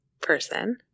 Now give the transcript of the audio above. person